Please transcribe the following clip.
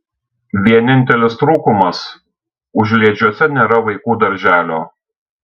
vienintelis trūkumas užliedžiuose nėra vaikų darželio